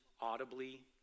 audibly